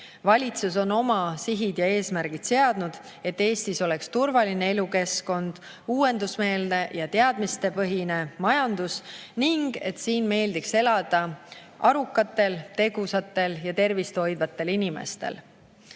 Valitsus on oma sihid ja eesmärgid seadnud, et Eestis oleks turvaline elukeskkond, uuendusmeelne ja teadmistepõhine majandus ning siin meeldiks elada arukatel, tegusatel ja tervist hoidvatel inimestel.